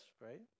right